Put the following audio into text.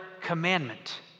commandment